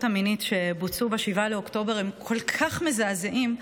המינית שבוצעו ב-7 באוקטובר הם כל כך מזעזעים,